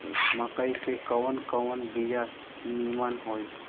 मकई के कवन कवन बिया नीमन होई?